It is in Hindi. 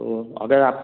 तो अगर आप